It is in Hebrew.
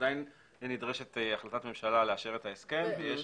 עדיין נדרשת החלטת ממשלה לאשר את ההסכם ויש